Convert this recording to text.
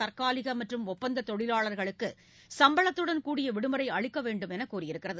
தற்காலிக மற்றும் ஒப்பந்த தொழிவாளா்களுக்கு சும்பளத்துடன் கூடிய விடுமுறை அளிக்க வேண்டும் என்று கூறியுள்ளது